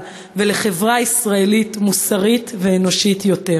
ולחברה ישראלית מוסרית ואנושית יותר.